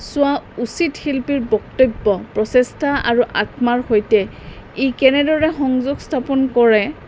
চোৱা উচিত শিল্পীৰ বক্তব্য প্ৰচেষ্টা আৰু আত্মাৰ সৈতে ই কেনেদৰে সংযোগ স্থাপন কৰে